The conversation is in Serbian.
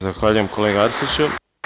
Zahvaljuje, kolega Arsiću.